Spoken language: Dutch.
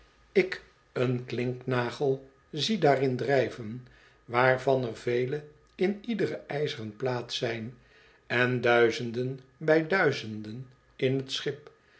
ik een klinknagel zie daarin drijven waarvan er vele in iedere ijzeren plaat zijn en duizenden bij duizenden in t schip